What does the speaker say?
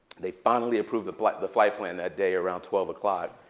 they finally approved the flight the flight plan that day around twelve o'clock.